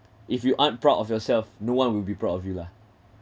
if you aren't proud of yourself no one will be proud of you lah